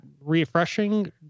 refreshing